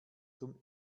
zum